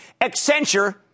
Accenture